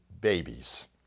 babies